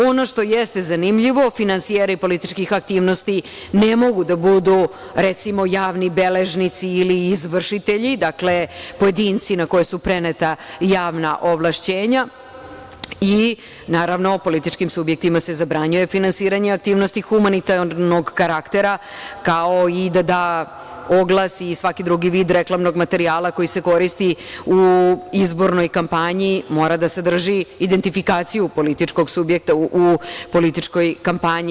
Ono što je zanimljivo, finansijeri političkih aktivnosti ne mogu da budu, recimo javni beležnici ili izvršitelji, dakle pojedinci na koja su preneta javna ovlašćenja i naravno političkim subjektima se zabranjuje finansiranje aktivnosti humanitarnog karaktera, kao i da oglasi svaki drugi vid reklamnog materijala koji se koristi u izbornoj kampanji, mora da sadrži identifikaciju političkog subjekta u političkoj kampanji.